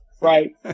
Right